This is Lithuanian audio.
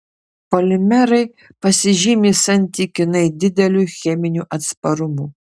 polimerai pasižymi santykinai dideliu cheminiu atsparumu